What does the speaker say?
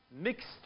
mixed